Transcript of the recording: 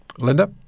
Linda